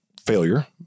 failure